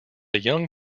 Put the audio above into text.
young